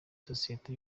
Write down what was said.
sosiyeti